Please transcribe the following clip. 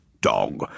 dog